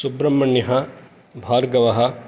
सुब्रह्मण्यः भार्गवः